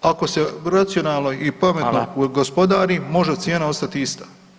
Ako se racionalno i pametno gospodari može cijena ostati ista.